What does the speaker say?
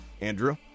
Andrew